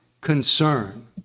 concern